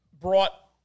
brought